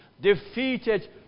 defeated